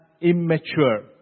immature